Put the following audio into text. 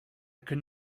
could